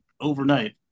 overnight